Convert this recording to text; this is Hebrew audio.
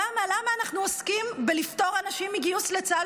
למה אנחנו עוסקים בלפטור אנשים מגיוס לצה"ל